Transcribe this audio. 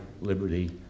liberty